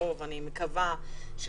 בקרוב האם אנחנו